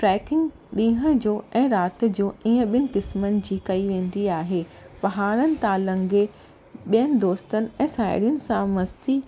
tracking ॾींहं जो ऐं राति जो इअं बिनि क़िसमनि जी कई वेंदी आहे पहाड़नि था लंगे ॿियनि दोस्तनि ऐं साहेड़ियुनि सां मस्ती